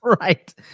right